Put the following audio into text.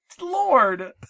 Lord